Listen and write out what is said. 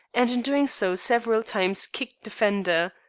and in doing so several times kicked the fender.